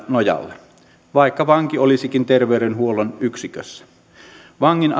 nojalla vaikka vanki olisikin terveydenhuollon yksikössä vangin